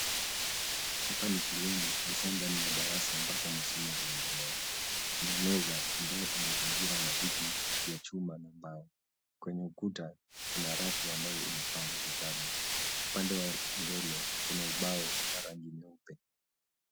Hapa ni shuleni, hasa ndani ya darasa ambapo masomo huendelea. Kuna meza ambayo imezingirwa na viti vya chuma na mbao. Kwenye ukuta, kuna rafu ambayo imepangwa vitabu. Upande wa mbele, kuna ubao wa rangi nyeupe.